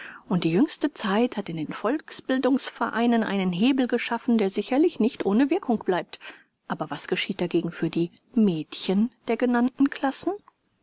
und die jüngste zeit hat in den volksbildungsvereinen einen hebel geschaffen der sicherlich nicht ohne wirkung bleibt aber was geschieht dagegen für die mädchen der genannten klassen